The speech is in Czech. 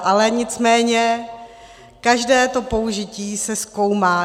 Ale nicméně každé to použití se zkoumá.